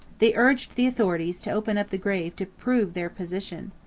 they urged the authorities to open the grave to prove their position.